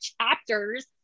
chapters